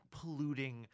polluting